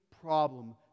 problem